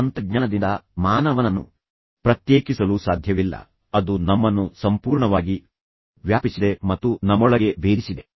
ತಂತ್ರಜ್ಞಾನದಿಂದ ಮಾನವನನ್ನು ಪ್ರತ್ಯೇಕಿಸಲು ಸಾಧ್ಯವಿಲ್ಲ ಅದು ನಮ್ಮನ್ನು ಸಂಪೂರ್ಣವಾಗಿ ವ್ಯಾಪಿಸಿದೆ ಮತ್ತು ನಮ್ಮೊಳಗೆ ಭೇದಿಸಿದೆ